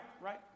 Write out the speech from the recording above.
Right